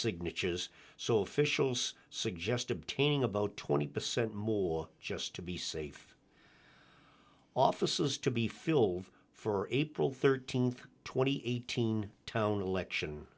signatures so officials suggest obtaining about twenty percent more just to be safe offices to be filled for april thirteenth twenty eighteen town election